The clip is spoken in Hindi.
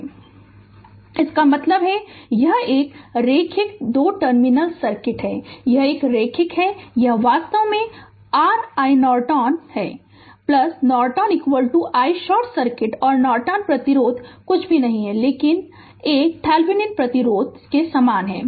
Refer Slide Time 2936 इसका मतलब है यह एक रैखिक 2 टर्मिनल सर्किट है यह एक रैखिक है यह वास्तव में r iNorton है iNorton i शॉर्ट सर्किट और नॉर्टन प्रतिरोध कुछ भी नहीं है लेकिन एक Thevenin प्रतिरोध समान है